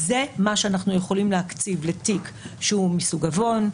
זה מה שאנחנו יכולים להקציב לתיק שהוא מסוג עוון.